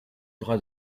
bras